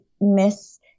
miss